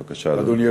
בבקשה, אדוני.